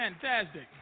Fantastic